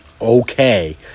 okay